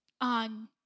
on